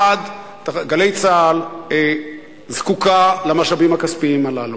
אחד, "גלי צה"ל" זקוקה למשאבים הכספיים הללו.